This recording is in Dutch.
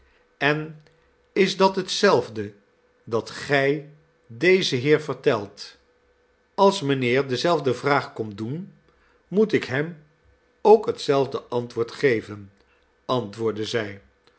en is dat hetzelfde dat gij dezen heer vertelt als mijnheer dezelfde vraag komt doen moet ik hem ook hetzelfde antwoord geven antwoordde zij